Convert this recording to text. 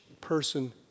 person